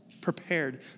prepared